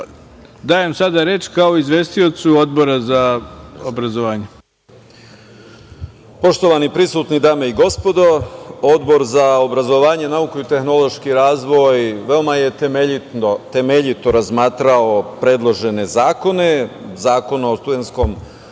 vam sada reč kao izvestiocu Odbora za obrazovanje. **Muamer Zukorlić** Poštovani prisutni, dame i gospodo, Odbor za obrazovanje, nauku i tehnološki razvoj veoma je temeljito razmatrao predložene zakone. Zakon o studenskom organizovanju